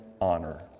honor